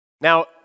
Now